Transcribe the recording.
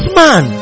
man